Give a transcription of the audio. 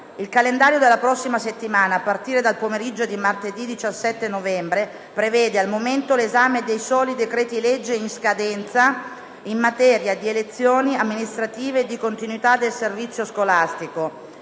Il calendario della prossima settimana, a partire dal pomeriggio di martedì 17 novembre, prevede al momento l'esame dei soli decreti-legge in scadenza, in materia di elezioni amministrative e di continuità del servizio scolastico.